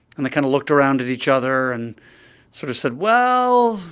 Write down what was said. and they kind of looked around at each other and sort of said, well,